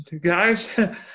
guys